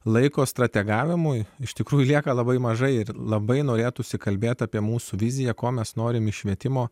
laiko strategavimui iš tikrųjų lieka labai mažai ir labai norėtųsi kalbėt apie mūsų viziją ko mes norim švietimo